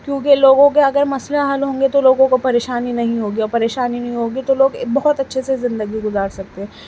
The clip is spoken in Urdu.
کیونکہ لوگوں کے اگر مسئلے حل ہوں گے تو لوگوں کو پریشانی نہیں ہوگی اور پریشانی نہیں ہوگی تو لوگ بہت اچھے سے زندگی گزار سکتے ہیں